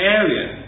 area